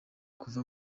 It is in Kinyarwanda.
kuva